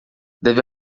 deve